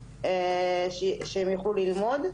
שהן יוכלו ללמוד.